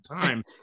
time